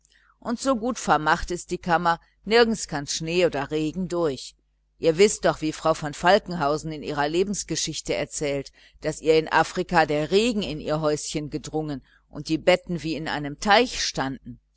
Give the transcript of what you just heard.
und so gut vermacht ist die kammer nirgends kann schnee oder regen durch wißt ihr noch wie frau von falkenhausen in ihrer lebensgeschichte erzählt daß ihr in afrika der regen in ihr häuschen gedrungen ist und die betten wie in einem teich standen